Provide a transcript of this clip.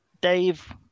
Dave